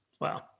Wow